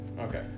Okay